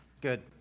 Good